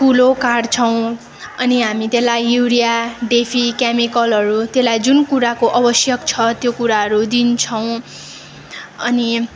कुलो काट्छौँ अनि हामी त्यसलाई युरिया डेफी क्यामिकलहरू त्यसलाई जुन कुराको आवश्यक छ त्यो कुराहरू दिन्छौँ अनि